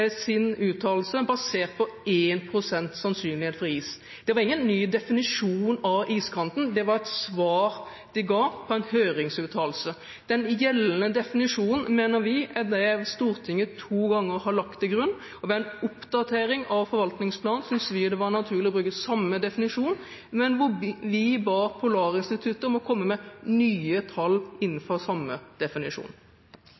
sin uttalelse basert på 1 pst. sannsynlighet for is. Det var ingen ny definisjon av iskanten, det var et svar de ga i en høringsuttalelse. Den gjeldende definisjonen, mener vi, er den Stortinget to ganger har lagt til grunn, og ved en oppdatering av forvaltningsplanen syntes vi det var naturlig å bruke samme definisjon. Men vi ba Polarinstituttet om å komme med nye tall innenfor samme definisjon.